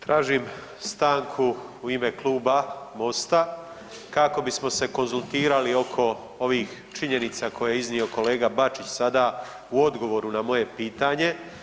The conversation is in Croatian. Tražim stanku u ime Kluba Mosta kako bi se konzultirali oko ovih činjenica koje je iznio kolega Bačić sada u odgovoru na moje pitanje.